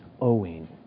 owing